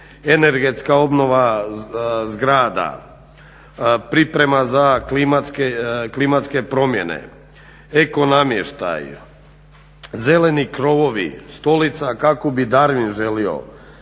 energetska obnova zgrada, priprema za klimatske promjene, eko namještaj, zeleni krovovi, stolica kakvu bi Darwin želio